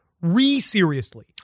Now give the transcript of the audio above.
re-seriously